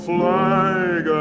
flag